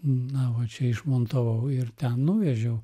na va čia išmontavau ir ten nuvežiau